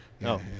No